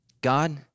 God